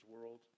world